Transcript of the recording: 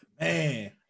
Man